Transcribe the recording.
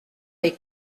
est